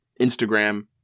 Instagram